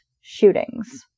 shootings